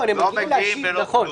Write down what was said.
נכון -- הם לא מגיעים ולא כלום.